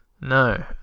No